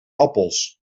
appels